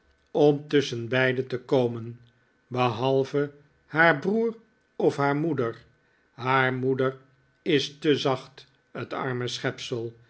om tusschenbeide te komen behalve haar broer of haar moeder haar moeder is te zacht t arme schepsel